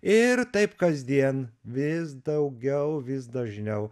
ir taip kasdien vis daugiau vis dažniau